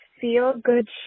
feel-good